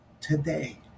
today